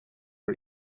our